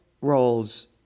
roles